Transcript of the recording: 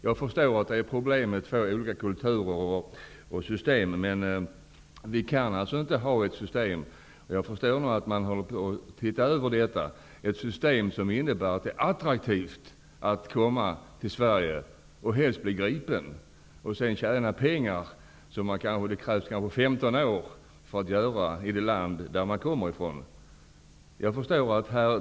Jag förstår att det är förenat med problem att det är fråga om två olika kulturer och system. Jag förstår också att man håller på med en översyn. Men vi kan inte ha ett system som gör att det är attraktivt att komma till Sverige och att, helst, bli gripen här, eftersom man kan tjäna pengar under fängelsetiden. Man måste arbeta i kanske 15 år i det land som man kommer från för att tjäna motsvarande belopp.